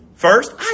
First